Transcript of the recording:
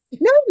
No